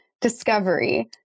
discovery